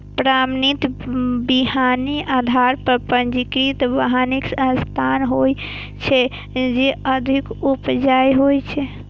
प्रमाणित बीहनि आधार आ पंजीकृत बीहनिक संतान होइ छै, जे अधिक उपजाऊ होइ छै